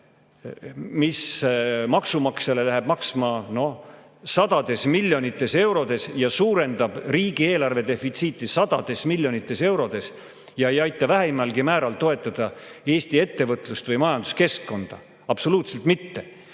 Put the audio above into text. mis maksumaksjale läheb maksma sadu miljoneid eurosid ja suurendab riigieelarve defitsiiti sadades miljonites eurodes. See ei aita vähimalgi määral toetada Eesti ettevõtlust ja üldse majanduskeskkonda – absoluutselt mitte.